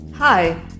Hi